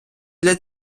для